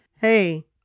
hey